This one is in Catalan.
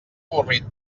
avorrit